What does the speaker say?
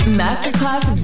masterclass